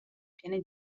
pieni